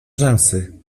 rzęsy